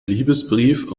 liebesbrief